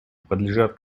подлежат